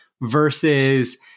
versus